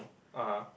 uh-huh